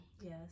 Yes